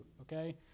okay